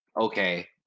okay